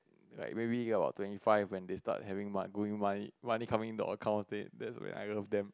like maybe get around twenty five when they start having mo~ growing money money coming to accounts that's when I love them